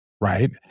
right